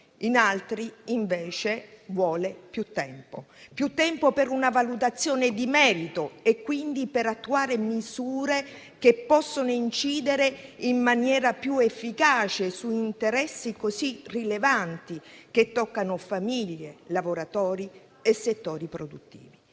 in altri, invece, vuole più tempo. Vuole più tempo per una valutazione di merito e, quindi, per attuare misure che possono incidere in maniera più efficace su interessi rilevanti, che toccano famiglie, lavoratori e settori produttivi.